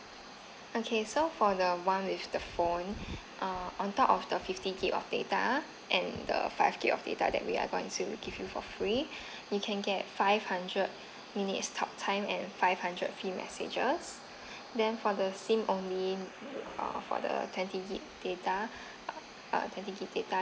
okay so for the one with the phone uh on top of the fifty gig of data and the five gig of data that we are going to give you for free you can get five hundred minutes talk time and five hundred free messages then for the S_I_M only uh for the twenty gig data uh twenty gig data